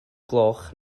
gloch